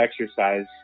exercise